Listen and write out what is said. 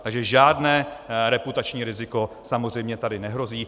Takže žádné reputační riziko samozřejmě tady nehrozí.